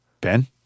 Ben